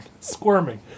Squirming